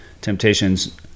temptations